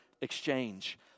exchange